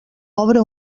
obre